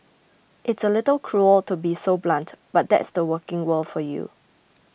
it's a little cruel to be so blunt but that's the working world for you